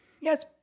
Yes